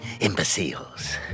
imbeciles